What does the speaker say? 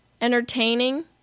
entertaining